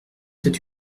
cet